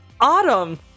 autumn